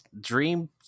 dream